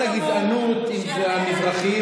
עם מפלגת העבודה ההיסטורית, עם מרצ ועם הרשימה